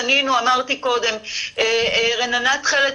רננה תכלת,